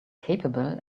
capable